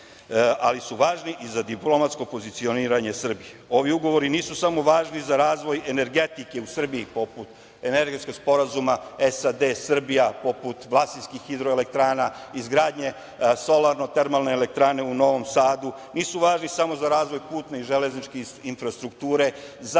ali su važni i za diplomatsko pozicioniranje Srbije. Ovi ugovori nisu samo važni za razvoj energetike u Srbiji, poput Energetskog sporazuma SAD i Srbije, poput Vlasinskih hidroelektrana, izgradnje solarno-termalne elektrane u Novom Sadu, nisu važni samo za razvoj putne i železničke infrastrukture,